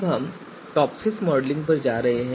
अब हम TOPSIS modelling करने जा रहे हैं